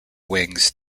wings